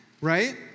right